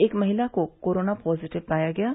एक महिला को कोराना पॉजिटिव पाया गया है